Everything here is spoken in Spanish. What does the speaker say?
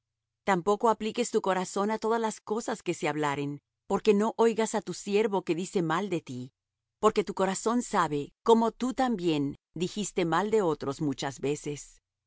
tampoco apliques tu corazón á todas las cosas que se hablaren porque no oigas á tu siervo que dice mal de ti porque tu corazón sabe como tú también dijiste mal de otros muchas veces